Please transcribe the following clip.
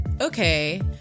Okay